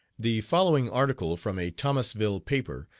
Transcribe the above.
the following article from a thomasville paper,